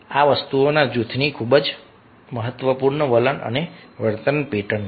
આ વસ્તુઓ જૂથની ખૂબ જ મહત્વપૂર્ણ વલણ અને વર્તન પેટર્ન છે